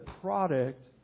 product